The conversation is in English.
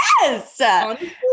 yes